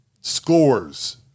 scores